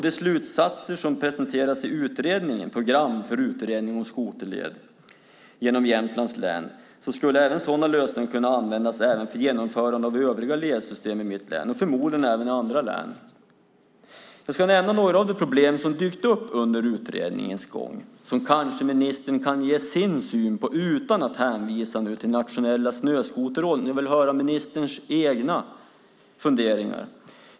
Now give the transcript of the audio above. De slutsatser och lösningar som presenteras i utredningen Program för utredning om skoterled genom Jämtlands län skulle kunna användas även för genomförande av övriga ledsystem i mitt län och förmodligen även i andra län. Jag ska nämna några av de problem som dykt upp under utredningens gång som kanske ministern kan ge sin syn på utan att hänvisa till Nationella Snöskoterrådet. Jag vill höra ministerns egna funderingar.